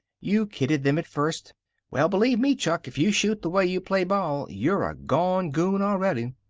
you kidded them at first well, believe me, chuck, if you shoot the way you play ball, you're a gone goon already.